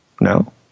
No